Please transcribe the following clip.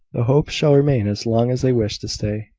the hopes shall remain as long as they wish to stay,